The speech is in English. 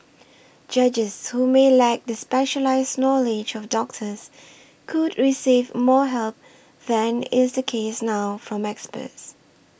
judges who may lack the specialised knowledge of doctors could receive more help than is the case now from experts